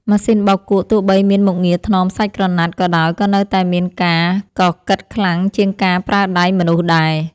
ម៉ាស៊ីនបោកគក់ទោះបីមានមុខងារថ្នមសាច់ក្រណាត់ក៏ដោយក៏នៅតែមានការកកិតខ្លាំងជាងការប្រើដៃមនុស្សដែរ។